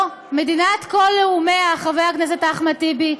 חבר הכנסת טיבי,